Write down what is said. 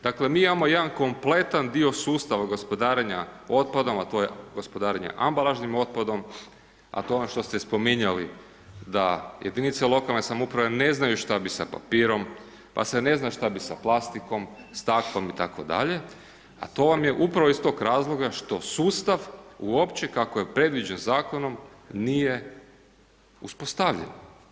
Dakle mi imamo jedan kompletan dio sustava gospodarenja otpadom a to je gospodarenje ambalažnim otpadom a to je ono što ste spominjali da jedinice lokalne samouprave ne znaju šta bi sa papirom, pa se ne zna šta bi sa plastikom, staklom itd., a to vam je upravo iz tog razloga što sustav uopće kako je predviđen zakonom nije uspostavljen.